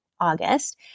August